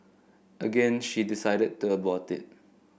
again she decided to abort it